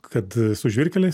kad su žvyrkeliais